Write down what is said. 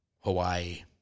Hawaii